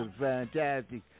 Fantastic